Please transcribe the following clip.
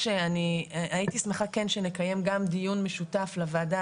הייתי שמחה כן שנקיים גם דיון משותף לוועדה